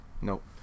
Nope